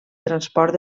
transport